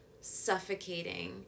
suffocating